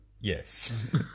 Yes